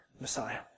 Messiah